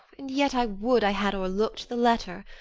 and yet, i would i had o'erlook'd the letter.